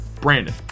Brandon